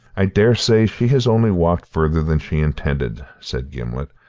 i daresay she has only walked farther than she intended, said gimblet,